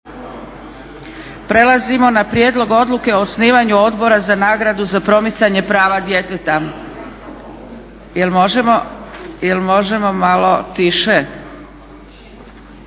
Prelazimo na: - Prijedlog odluke o osnivanju Odbora za nagradu za promicanje prava djeteta - Predlagatelj